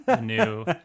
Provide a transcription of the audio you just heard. new